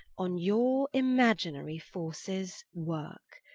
on your imaginarie forces worke.